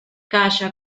calla